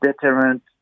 deterrent